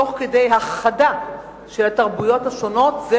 תוך כדי הכחדה של התרבויות השונות.